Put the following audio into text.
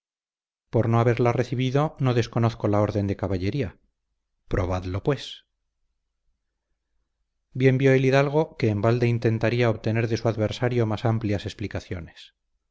por no haberla recibido no desconozco la orden de caballería probadlo pues bien vio el hidalgo que en balde intentaría obtener de su adversario más amplias explicaciones